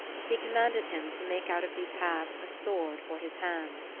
he commanded him to make out of these halves a sword for his hand.